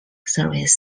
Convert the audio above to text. service